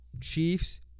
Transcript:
Chiefs